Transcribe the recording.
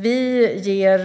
Vi ger